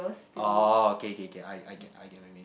oh okay okay okay I I get I get my mean